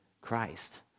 Christ